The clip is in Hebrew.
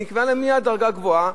נקבעה להם מייד דרגה גבוהה.